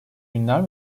günler